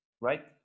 right